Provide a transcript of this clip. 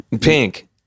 Pink